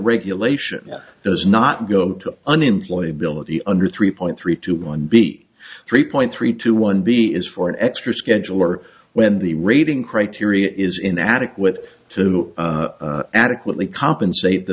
regulation does not go to an employee ability under three point three two one b three point three two one b is for an extra schedule or when the rating criteria is inadequate to adequately compensate the